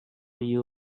you